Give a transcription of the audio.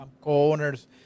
co-owners